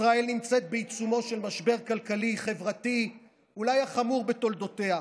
ישראל נמצאת בעיצומו של משבר כלכלי-חברתי החמור בתולדותיה.